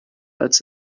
als